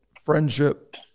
friendship